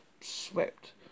swept